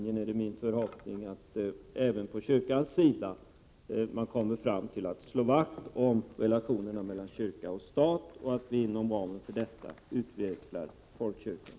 Det är min förhoppning att även kyrkan kommer att slå vakt om relationerna mellan kyrka och stat och att folkkyrkan kan utvecklas inom ramen för detta.